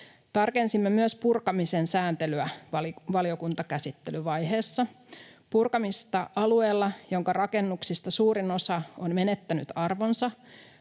Tarkensimme myös purkamisen sääntelyä valiokuntakäsittelyvaiheessa. Purkamista alueella, jonka rakennuksista suurin osa on menettänyt arvonsa,